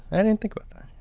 i didn't think about that,